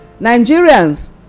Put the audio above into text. Nigerians